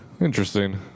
Interesting